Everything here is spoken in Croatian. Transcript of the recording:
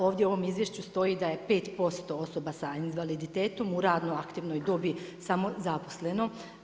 Ovdje u ovom izvješću stoji da je 5% osoba s invaliditetom u radnoj aktivnoj dobi samozaposleno.